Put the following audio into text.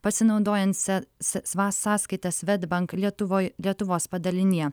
pasinaudojant se se sva sąskaitas svedbank lietuvoj lietuvos padalinyje